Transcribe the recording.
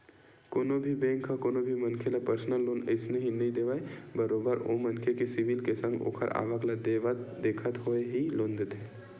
कोनो भी बेंक ह कोनो भी मनखे ल परसनल लोन अइसने ही नइ देवय बरोबर ओ मनखे के सिविल के संग ओखर आवक ल देखत होय ही लोन देथे